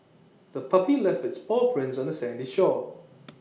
the puppy left its paw prints on the sandy shore